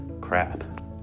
crap